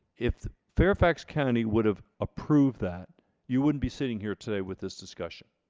if fairfax county would have approved that you wouldn't be sitting here today with this discussion